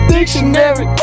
Dictionary